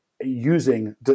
using